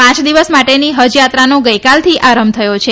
પાય દિવસ માટેની હજ યાત્રાનો ગઈકાલથી આરંભ થયો છે